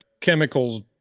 chemicals